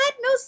no